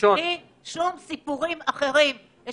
אבל יש